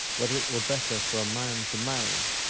whether it were better for a man to marry,